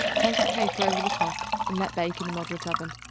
place a paper over the top and let bake in a moderate oven.